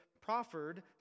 proffered